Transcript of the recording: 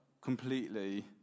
completely